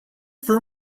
for